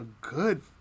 good